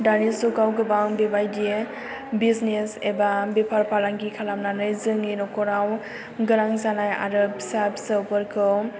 दानि जुगाव गोबां बेबायदि बिजिनेस एबा बेफार फालांगि खालामनानै जोंनि न'खराव गोनां जानाय आरो फिसा फिसौ फोरखौ